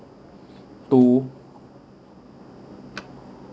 two